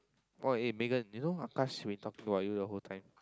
oh eh Megan you know Akash have been talking about you the whole time